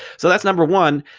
so that's number one.